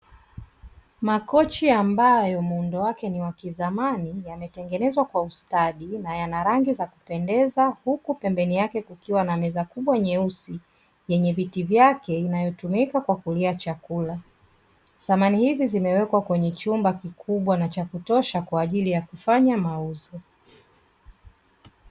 Makochi ambayo muundo wake ni wa kizamani yametengenezwa kwa ustadi na yana rangi ya kupendeza, huku pembeni yake kukiwa na meza kubwa nyeusi yenye viti vyake kwa ajili ya kulia chakula, samani hizi zimewekwa kwenye chumba kikubwa na cha kutosha kwa ajili ya kufanya mauzo.